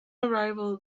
arrival